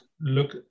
look